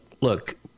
look